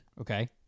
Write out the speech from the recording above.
Okay